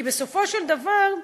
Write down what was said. כי בסופו של דבר,